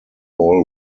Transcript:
all